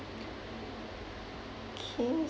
okay